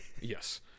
Yes